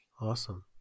awesome